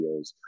videos